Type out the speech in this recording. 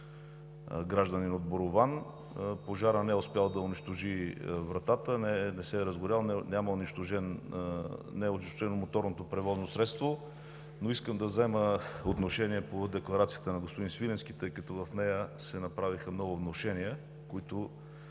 гражданин от Борован. Пожарът не е успял да унищожи вратата, не се е разгорял, не е унищожено моторното превозно средство. Искам обаче да взема отношение по декларацията на господин Свиленски, тъй като в нея се направиха много внушения, които